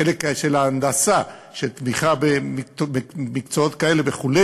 החלק של ההנדסה, של תמיכה במקצועות כאלה וכו'.